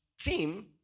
team